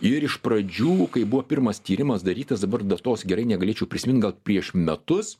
ir iš pradžių kai buvo pirmas tyrimas darytas dabar datos gerai negalėčiau prisimint gal prieš metus